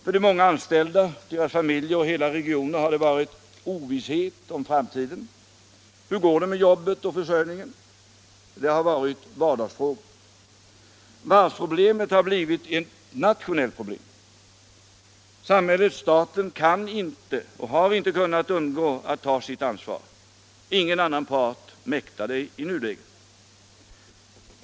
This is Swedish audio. För de många anställda och deras familjer samt för hela regioner har det inneburit ovisshet om framtiden. Hur går det med jobbet i fortsättningen? har varit en vardagsfråga. Varvsproblemet har blivit ett nationellt problem. Samhället-staten kan inte och har inte kunnat undgå att ta sitt ansvar. Ingen annan har kunnat överta det i nuläget.